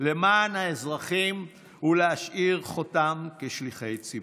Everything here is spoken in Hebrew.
למען האזרחים ולהשאיר חותם כשליחי ציבור.